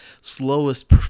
slowest